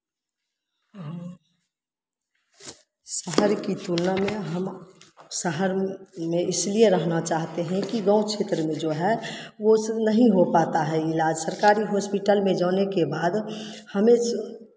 हाँ शहर की तुलना में हम शहर में इसलिए रहना चाहते हैं कि गाँव क्षेत्र में जो है वो नहीं हो पाता है इलाज सरकारी हॉस्पिटल में जाने के बाद हमें